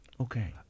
Okay